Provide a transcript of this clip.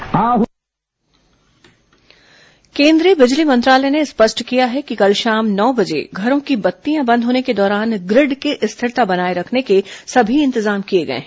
corona बिजली स्पष्टीकरण केंद्रीय बिजली मंत्रालय ने स्पष्ट किया है कि कल शाम नौ बजे घरों की बत्तियां बंद होने के दौरान ग्रिड की स्थिरता बनाए रखने के सभी इंतजाम किए गए हैं